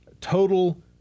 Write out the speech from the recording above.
total